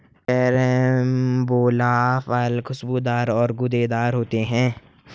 carambola फल खुशबूदार और गूदेदार होते है